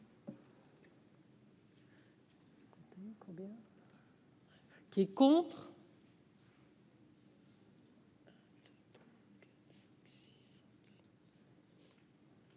qui est contre